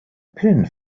pillen